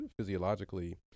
physiologically